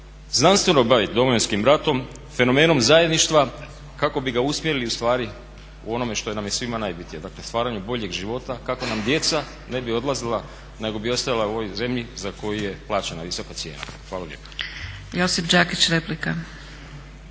znanstveno baviti Domovinskim ratom, fenomenom zajedništva kako bi ga usmjerili ustvari u onome što nam je svima najbitnije, dakle stvaranju boljeg života kako nam djeca ne bi odlazila nego bi ostajala u ovoj zemlji za koju je plaćena visoka cijena. Hvala lijepo.